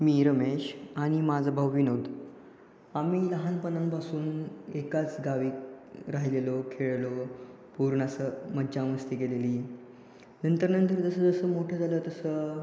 मी रमेश आणि माझा भाऊ विनोद आम्ही लहानपणापासून एकाच गावी राहिलेलो खेळलो पूर्ण असं मजामस्ती केलेली नंतर नंतर जसं जसं मोठं झालं तसं